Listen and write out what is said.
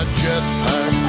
jetpack